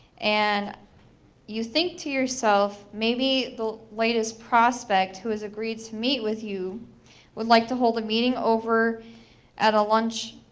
and you think to yourself, maybe the latest prospect who has agreed to meet with you would like to hold a meeting over at a lunch,